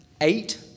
eight